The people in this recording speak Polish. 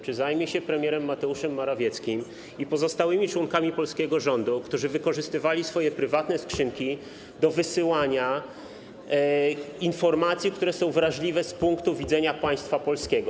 Czy zajmie się premierem Mateuszem Morawieckim i pozostałymi członkami polskiego rządu, którzy wykorzystywali swoje prywatne skrzynki do wysyłania informacji, które są wrażliwe z punktu widzenia państwa polskiego?